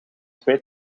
twee